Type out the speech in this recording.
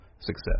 success